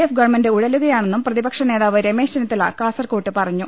F government ഉഴലുകയാ ണെന്നും പ്രതിപക്ഷ നേതാവ് രമേശ് ചെന്നിത്തല കാസർകോട്ട് പറഞ്ഞു